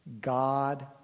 God